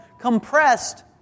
compressed